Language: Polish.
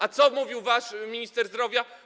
A co mówił wasz minister zdrowia?